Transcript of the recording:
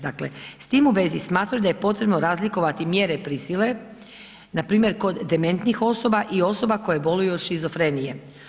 Dakle, s tim u vezi smatraju da je potrebno razlikovati mjere prisile npr. kod dementnih osoba i osoba koje boluju od šizofrenije.